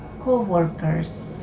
co-workers